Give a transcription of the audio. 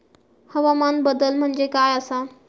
हवामान बदल म्हणजे काय आसा?